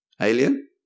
Alien